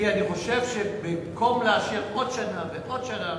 כי אני חושב שבמקום להשאיר עוד שנה ועוד שנה